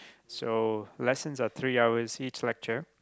so lesson are three hours each lecture